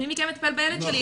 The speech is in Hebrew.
מי מכם מטפל בילד שלי?